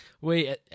Wait